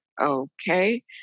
okay